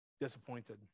disappointed